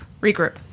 regroup